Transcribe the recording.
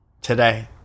Today